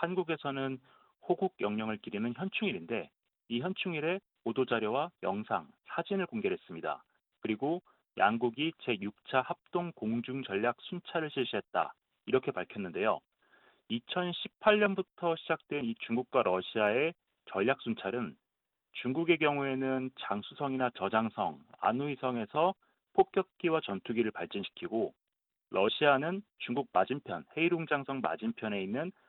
한국에서는 호국 영령을 기리는 현충일인데 이 현충일에 보도자료와 영상, 사진을 공개를 했습니다. 그리고 양국이 제육차 합동 공중전략 순찰을 실시했다. 이렇게 밝혔는데요. 2018년부터 시작된 이 중국과 러시아의 전략순찰은 중국의 경우에는 장수성이나 저장성, 안우이성에서 폭격기와 전투기를 발진시키고 러시아는 중국 맞은편, 헤이룽장성 맞은편에 있는